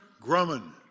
Grumman